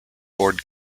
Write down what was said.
board